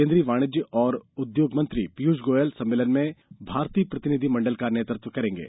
केन्द्रीय वाणिज्य और उद्योग मंत्री पीयूष गोयल सम्मेलन में भारतीय प्रतिनिधि मण्डल का नेतृत्व करेंगे